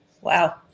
Wow